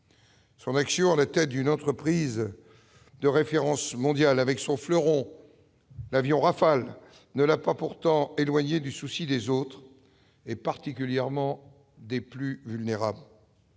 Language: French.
Son action à la tête d'une entreprise de référence mondiale, avec son fleuron, l'avion Rafale, ne l'a pourtant pas éloigné du souci des autres, et particulièrement des plus vulnérables.